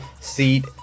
seat